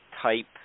type